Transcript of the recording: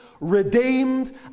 redeemed